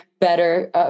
better